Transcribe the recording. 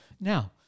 Now